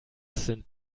sind